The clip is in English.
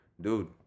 dude